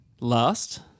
last